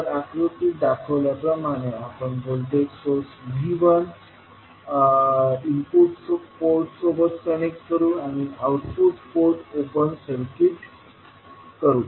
तर आकृतीत दाखवल्या प्रमाणे आपण voltage source V1 input port सोबत कनेक्ट करू आणि आउटपुट पोर्ट ओपन सर्किट करू